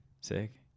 Sick